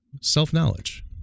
self-knowledge